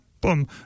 boom